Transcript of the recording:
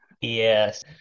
Yes